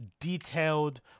detailed